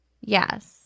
Yes